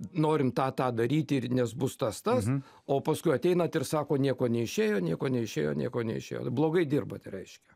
norim tą tą daryti ir nes bus tas tas o paskui ateinat ir sako nieko neišėjo nieko neišėjo nieko neišėjo blogai dirbat reiškia